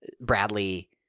Bradley